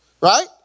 Right